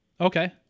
Okay